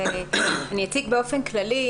אני אציג באופן כללי.